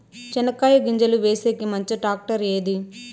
చెనక్కాయ గింజలు వేసేకి మంచి టాక్టర్ ఏది?